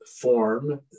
form